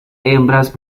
hembras